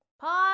Pause